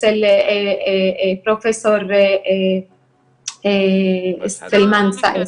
אצל פרופ' מסעד ברהום,